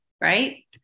right